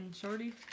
shorty